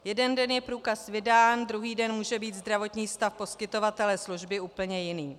Jeden den je průkaz vydán, druhý den může být zdravotní stav poskytovatele služby úplně jiný.